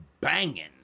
banging